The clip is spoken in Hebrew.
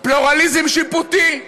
פלורליזם שיפוטי.